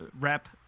rep